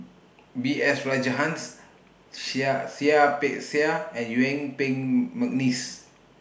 B S Rajhans Seah Seah Peck Seah and Yuen Peng Mcneice